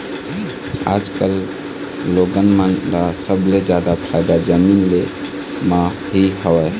आजकल लोगन मन ल सबले जादा फायदा जमीन ले म ही हवय